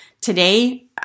Today